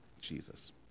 Jesus